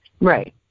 Right